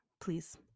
please